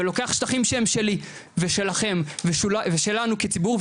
ולוקח שטחים שהם שלי ושלכם ושלנו כציבור,